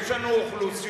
יש לנו אוכלוסיות,